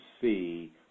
see